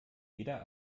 jeder